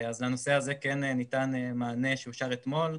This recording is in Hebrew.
אז לנושא הזה כן ניתן מענה שאושר אתמול.